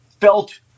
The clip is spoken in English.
felt